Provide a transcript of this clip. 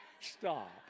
Stop